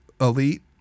Elite